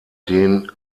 den